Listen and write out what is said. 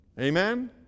Amen